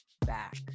back